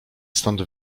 stąd